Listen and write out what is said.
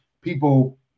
people